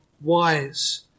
wise